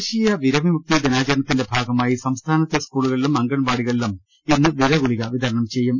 ദേശീയ വിരവിമുക്തി ദിനാചരണത്തിന്റെ ഭാഗമായി സംസ്ഥാ നത്തെ സ്കൂളിലും അങ്കൺവാട്ടികളിലും ഇന്ന് വിരഗുളിക വിത രണം ചെയ്യും